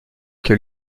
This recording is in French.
que